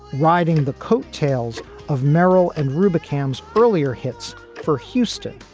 riding the coattails of merryl and rubick occam's earlier hits for houston.